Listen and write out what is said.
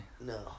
No